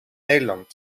nederland